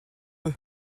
eux